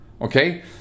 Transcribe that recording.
okay